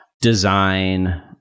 design